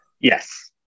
Yes